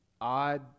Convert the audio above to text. odd